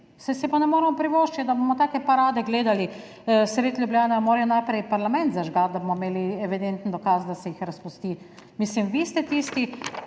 si pa ne moremo privoščiti, da bomo take parade gledali sredi Ljubljane. Ali morajo najprej parlament zažgati, da bomo imeli evidenten dokaz, da se jih razpusti? Mislim, vi ste tisti,